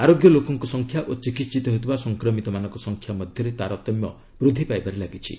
ଆରୋଗ୍ୟ ଲୋକଙ୍କ ସଂଖ୍ୟା ଓ ଚିକିହିତ ହେଉଥିବା ସଂକ୍ରମିତମାନଙ୍କ ସଂଖ୍ୟା ମଧ୍ୟରେ ତାରତମ୍ୟ ବୃଦ୍ଧି ପାଇବାରେ ଲାଗିଛି